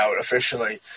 officially